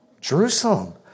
Jerusalem